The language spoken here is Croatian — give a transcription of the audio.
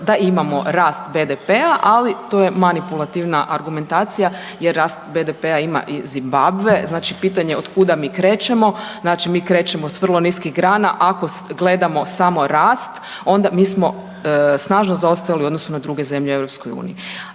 da imamo rast BDP-a, ali to je manipulativna argumentacija jer rast BDP-a ima i Zimbabve. Znači pitanje od kuda mi krećemo? Znači mi krećemo s vrlo niskih grana ako gledamo samo rast onda mi smo snažno zaostajali u odnosu na druge zemlje u EU.